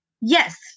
Yes